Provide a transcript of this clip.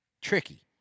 Tricky